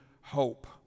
hope